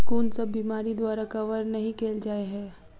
कुन सब बीमारि द्वारा कवर नहि केल जाय है?